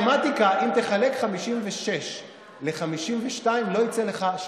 מתימטיקה, אם תחלק 56 ל-52, לא יצא לך 2,